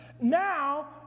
Now